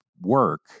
work